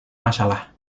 masalah